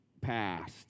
passed